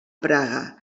praga